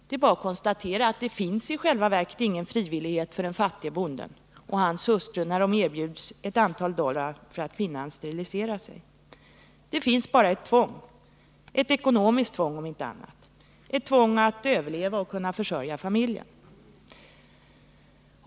Det är bara att konstatera att det i själva verket ingen frivillighet finns för den fattige bonden och hans hustru, när de erbjuds ett antal dollar för att kvinnan steriliserar sig. Det finns bara ett tvång — ett ekonomiskt tvång, om inte annat, ett tvång att överleva och kunna försörja familjen.